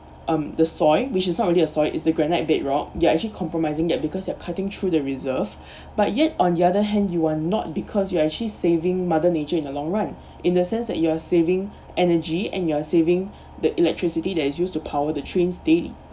um the soil which is not really a soil it's the granite bedrock they are actually compromising that because they're cutting through the reserve but yet on the other hand you are not because you are actually saving mother nature in a long run in the sense that you are saving energy and you are saving the electricity that is used to power the trains daily